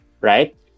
right